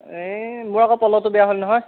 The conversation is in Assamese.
এই মোৰ আকৌ পলহটো বেয়া হ'ল নহয়